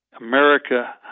America